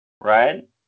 right